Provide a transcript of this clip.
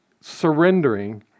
surrendering